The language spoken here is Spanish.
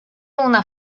una